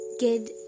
Good